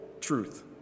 truth